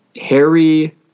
Harry